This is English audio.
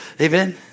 Amen